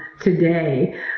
today